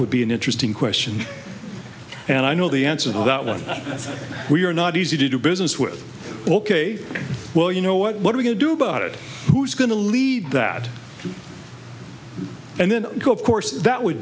would be an interesting question and i know the answer to that one we are not easy to do business with oh ok well you know what are we to do about it who's going to lead that and then of course that would